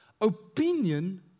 opinion